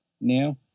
now